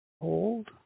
Hold